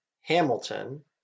Hamilton